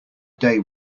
day